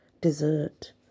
dessert